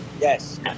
yes